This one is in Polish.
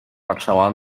patrzała